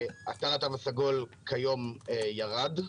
אתר התו הסגול כיום ירד,